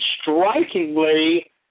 strikingly